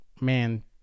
man